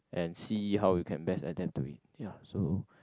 and see how you can best attempt to it ya so